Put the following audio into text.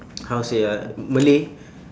how to say ah malay